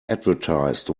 advertised